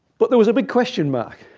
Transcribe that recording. but there was a big question mark.